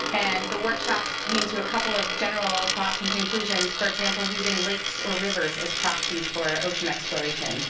and the workshops came to a couple of general thoughts and conclusions, for example, using lakes or rivers as proxies for ocean exploration.